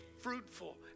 fruitful